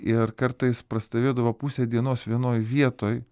ir kartais prastovėdavo pusę dienos vienoj vietoj